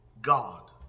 God